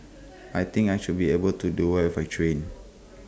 I think I should be able to do well if I train